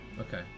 Okay